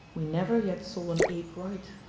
we never yet saw an, ape write.